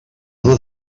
una